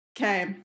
Okay